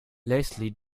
lastly